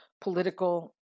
political